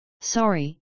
Sorry